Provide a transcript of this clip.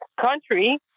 country